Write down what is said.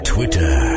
Twitter